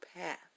path